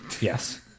Yes